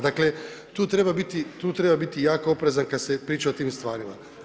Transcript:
Dakle tu treba biti jako oprezan kada se priča o tim stvarima.